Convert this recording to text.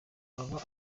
aba